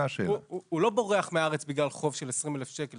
הוא לא בורח מהארץ בגלל חוב של 20,000 שקל,